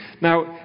Now